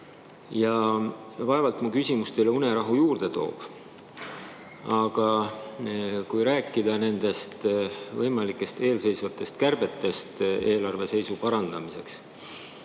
Vaevalt mu küsimus teile unerahu juurde toob. Kui rääkida võimalikest eelseisvatest kärbetest eelarve seisu parandamiseks